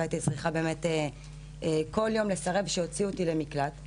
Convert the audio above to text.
והייתי צריכה כל יום לסרב שיוציאו למקלט,